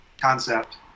concept